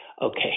Okay